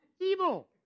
evil